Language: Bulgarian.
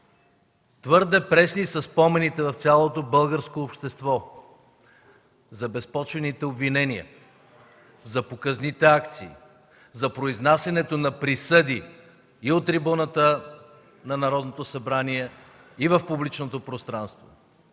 Твърде пресни са спомените на цялото българско общество за безпочвените обвинения, за показните акции, за произнасянето на присъди и от трибуната на Народното събрание, и в публичното пространство.